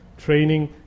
Training